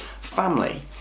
family